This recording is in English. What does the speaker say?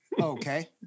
Okay